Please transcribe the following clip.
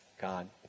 God